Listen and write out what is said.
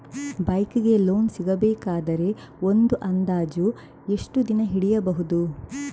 Bike ಗೆ loan ಸಿಗಬೇಕಾದರೆ ಒಂದು ಅಂದಾಜು ಎಷ್ಟು ದಿನ ಹಿಡಿಯಬಹುದು?